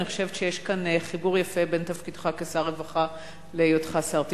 אני חושבת שיש חיבור יפה בין תפקידך כשר הרווחה להיותך שר התקשורת.